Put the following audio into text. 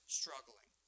struggling